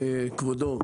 כבודו,